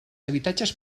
habitatges